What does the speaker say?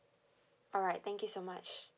alright thank you so much